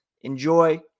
enjoy